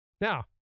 now